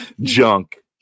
Junk